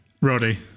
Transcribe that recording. roddy